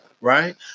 right